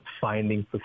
finding